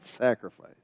sacrifice